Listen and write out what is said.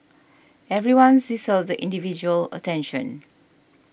everyone deserves the individual attention